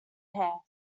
hair